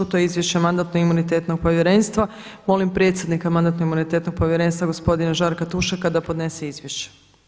To je - Izvješće Mandatno-imunitetnog povjerenstva Molim predsjednika Mandatno-imunitetnog povjerenstva gospodina Žarka Tušeka da podnese izvješće.